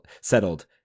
settled